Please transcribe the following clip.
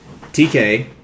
TK